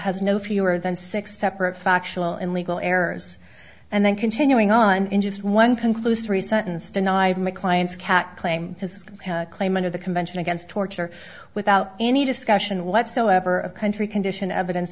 had no fewer than six separate factual and legal errors and then continuing on in just one conclusory sentence denied my client's cat claim his claim under the convention against torture without any discussion whatsoever of country condition